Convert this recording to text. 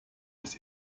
des